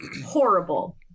horrible